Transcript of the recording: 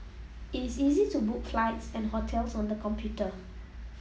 it is easy to book flights and hotels on the computer